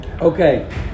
Okay